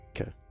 Okay